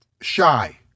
Shy